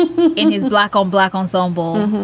poo poo in his black on black ensemble.